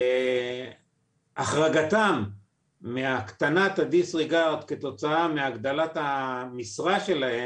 החרגתן מהקטנת הדיסריגרד כתוצאה מהגדלת המשרה שלהן,